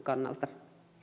kannalta